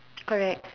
correct